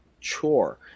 chore